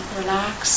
relax